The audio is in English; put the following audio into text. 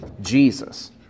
Jesus